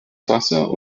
wasser